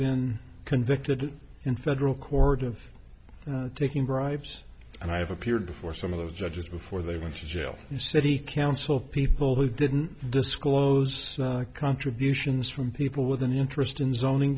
been convicted in federal court of taking bribes and i have appeared before some of the judges before they went to jail you city council people who didn't disclose contributions from people with an interest in zoning